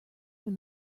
from